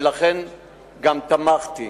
ולכן גם תמכתי.